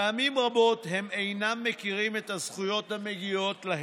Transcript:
פעמים רבות הם אינם מכירים את הזכויות המגיעות להם,